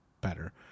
better